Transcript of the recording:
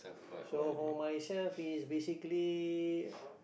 so for myself is basically